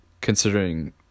considering